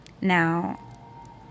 Now